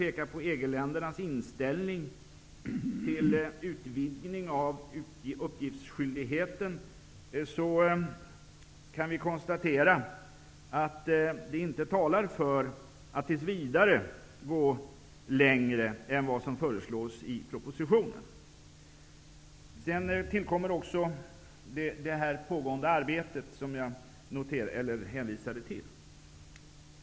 Vad gäller EG-ländernas inställning till en utvidgning av uppgiftsskyldigheten, kan konstateras att det inte talar för att vi tills vidare går längre än vad som föreslås i propositionen. Sedan tillkommer också det pågående arbetet, som jag hänvisade till.